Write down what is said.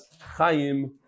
Chaim